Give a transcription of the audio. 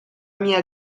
mia